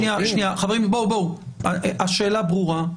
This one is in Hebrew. השאלה ברורה,